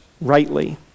rightly